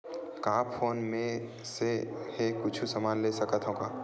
का फोन से मै हे कुछु समान ले सकत हाव का?